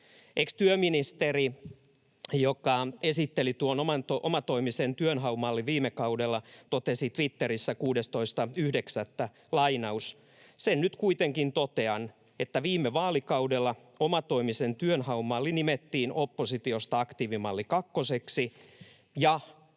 Ex-työministeri, joka esitteli tuon omatoimisen työnhaun mallin viime kaudella, totesi Twitterissä 16.9.: ”Sen nyt kuitenkin totean, että viime vaalikaudella omatoimisen työnhaun malli nimettiin oppositiosta aktiivimalli kakkoseksi